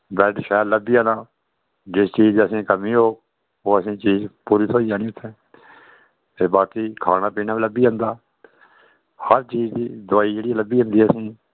bed शैल लब्भी जाना जिस चीज दी असें कमी होग ओह् असें चीज पूरी थ्होई जानी उत्थें ते बाकि खाना पीना बी लब्भी जंदा हर चीज दी दोआई जेह्ड़ी लब्भी जंदी असेंई